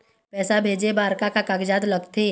पैसा भेजे बार का का कागजात लगथे?